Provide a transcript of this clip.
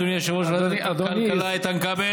אדוני יושב-ראש ועדת הכלכלה איתן כבל,